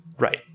Right